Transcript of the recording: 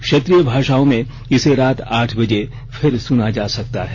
क्षेत्रीय भाषाओं में इसे रात आठ बजे फिर सुना जा सकता है